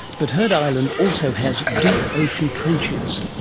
but heard island also has deep ocean trenches,